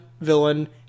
villain